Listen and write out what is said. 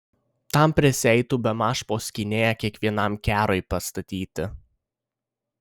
tam prisieitų bemaž po skynėją kiekvienam kerui pastatyti